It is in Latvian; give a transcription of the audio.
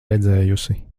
redzējusi